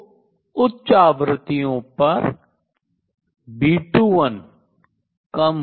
तो उच्च आवृत्तियों पर B21 कम हो जाता है